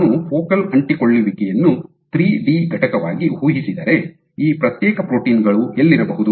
ನಾನು ಫೋಕಲ್ ಅಂಟಿಕೊಳ್ಳುವಿಕೆಯನ್ನು three D ಘಟಕವಾಗಿ ಊಹಿಸಿದರೆ ಈ ಪ್ರತ್ಯೇಕ ಪ್ರೋಟೀನ್ ಗಳು ಎಲ್ಲಿರಬಹುದು